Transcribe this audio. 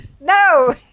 No